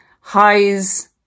highs